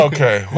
Okay